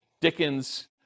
Dickens